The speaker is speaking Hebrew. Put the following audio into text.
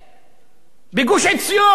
בגוש-עציון, so called,